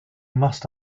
must